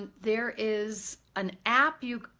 and there is an app you.